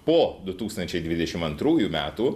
po du tūkstančiai dvidešim antrųjų metų